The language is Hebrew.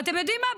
ואתם יודעים מה,